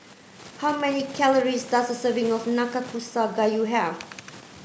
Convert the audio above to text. how many calories does a serving of Nanakusa Gayu have